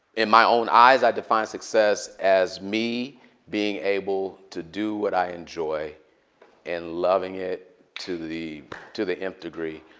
in my own eyes, i define success as me being able to do what i enjoy and loving it to the to the nth degree.